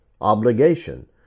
obligation